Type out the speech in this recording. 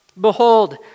Behold